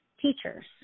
teachers